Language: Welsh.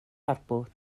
harbwr